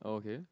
okay